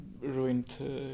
ruined